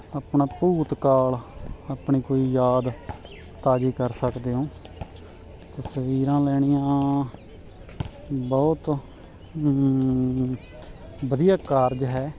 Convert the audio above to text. ਆਪਣਾ ਭੂਤ ਕਾਲ ਆਪਣੀ ਕੋਈ ਯਾਦ ਤਾਜ਼ੀ ਕਰ ਸਕਦੇ ਹੋ ਤਸਵੀਰਾਂ ਲੈਣੀਆਂ ਬਹੁਤ ਵਧੀਆ ਕਾਰਜ ਹੈ